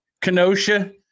Kenosha